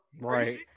Right